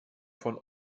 von